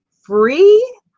free